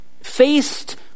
faced